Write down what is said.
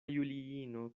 juliino